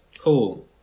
cool